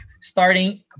starting